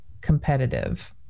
competitive